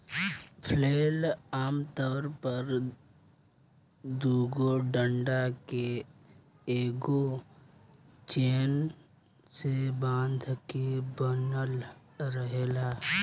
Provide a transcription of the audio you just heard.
flail आमतौर पर दुगो डंडा के एगो चैन से बांध के बनल रहेला